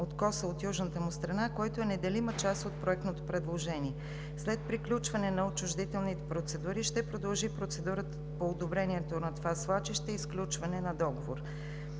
откосът от южната му страна, който е неделима част от проектното предложение. След приключване на отчуждителните процедури ще продължи процедурата по одобрение на свлачището и сключването на договора.